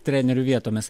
treneriu vietomis